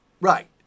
Right